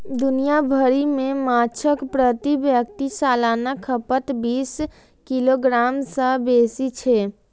दुनिया भरि मे माछक प्रति व्यक्ति सालाना खपत बीस किलोग्राम सं बेसी छै